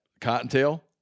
cottontail